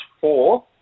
four